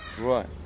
Right